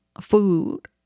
food